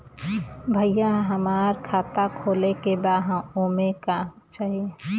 भईया हमार खाता खोले के बा ओमे का चाही?